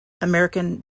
american